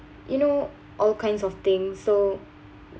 you know all kinds of thing so